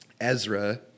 Ezra